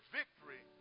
victory